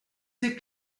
ses